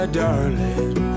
darling